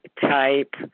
Type